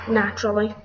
naturally